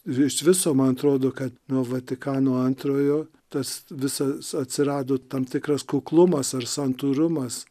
iš viso man atrodo kad nuo vatikano antrojo tas visas atsirado tam tikras kuklumas ar santūrumas